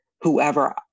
whoever